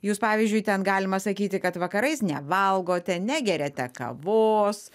jūs pavyzdžiui ten galima sakyti kad vakarais nevalgote negeriate kavos